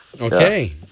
Okay